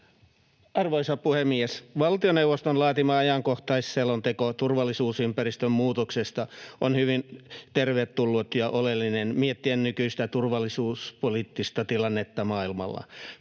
Arvoisa puhemies! Valtioneuvoston laatima ajankohtaisselonteko turvallisuusympäristön muutoksesta on hyvin tervetullut, ja on oleellista miettiä nykyistä turvallisuuspoliittista tilannetta maailmalla.